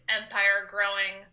empire-growing